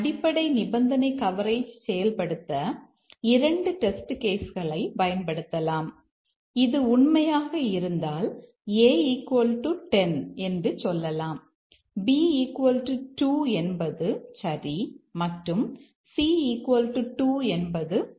அடிப்படை நிபந்தனை கவரேஜ் செயல்படுத்த 2 டெஸ்ட் கேஸ் களைப் பயன்படுத்தலாம் இது உண்மையாக இருந்தால் a 10 என்று சொல்லலாம் b 2 என்பது சரி மற்றும் c 2 என்பது தவறு ஆகும்